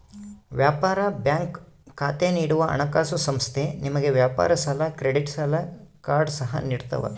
ವ್ಯಾಪಾರ ಬ್ಯಾಂಕ್ ಖಾತೆ ನೀಡುವ ಹಣಕಾಸುಸಂಸ್ಥೆ ನಿಮಗೆ ವ್ಯಾಪಾರ ಸಾಲ ಕ್ರೆಡಿಟ್ ಸಾಲ ಕಾರ್ಡ್ ಸಹ ನಿಡ್ತವ